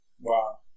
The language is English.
Wow